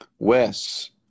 Wes